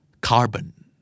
Carbon